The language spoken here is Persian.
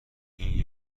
این